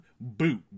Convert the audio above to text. boot